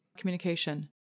communication